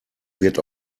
wird